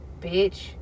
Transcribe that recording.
Bitch